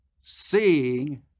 seeing